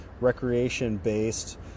recreation-based